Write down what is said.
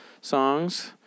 songs